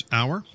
hour